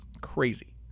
Crazy